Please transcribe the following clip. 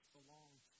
belongs